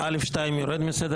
רגע, סעיף א(2) יורד מסדר-היום?